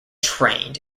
trained